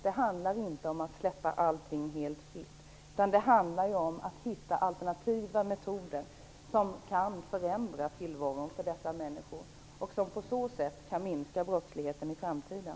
Det handlar inte om att släppa allting helt fritt, utan det handlar om att hitta alternativa metoder som leder till att tillvaron kan förändras för dessa människor. På det sättet kan brottsligheten minska i framtiden.